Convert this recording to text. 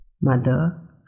Mother